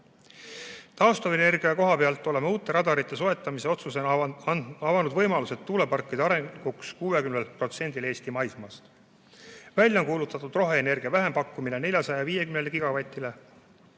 Taastuvenergia koha pealt oleme uute radarite soetamise otsusena avanud võimalused tuuleparkide arenguks 60%‑le Eesti maismaast. Välja on kuulutatud roheenergia vähempakkumine 450 gigavatile,